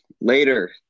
Later